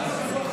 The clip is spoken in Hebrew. בעד.